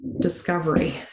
discovery